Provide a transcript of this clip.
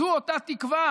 אותה תקווה